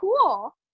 cool